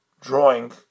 drawing